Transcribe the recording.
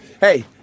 Hey